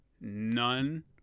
none